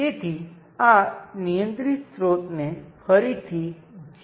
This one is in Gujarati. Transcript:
તેથી આ નિવેદન એ સબસ્ટીટ્યુશન થિયર્મનું બીજું સ્વરૂપ છે